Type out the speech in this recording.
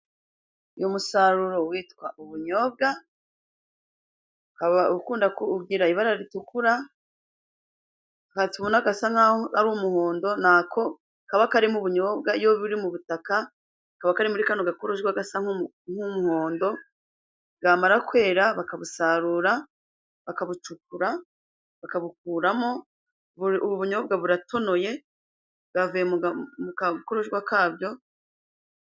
Uyu musaruro witwa ubunyobwa, ukaba ukunda kugira ibara ritukura, aka tubona gasa nk'aho ari umuhondo ni ako kaba karimo ubunyobwa, iyo buri mu butaka, kaba kari muri kano gacuruzwa gasa nk'umuhondo, bwamara kwera bakabusarura, bakabucukura, bakabukuramo, ubu bunyobwa buratonoye, bwavuye mu gakonoshwa kawo,...